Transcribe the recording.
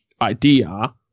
idea